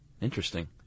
Interesting